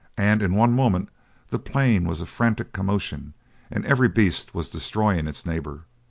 and in one moment the plain was a frantic commotion and every beast was destroying its neighbor.